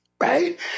right